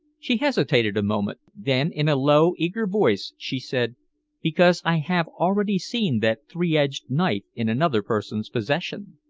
she hesitated a moment, then in a low, eager voice she said because i have already seen that three-edged knife in another person's possession.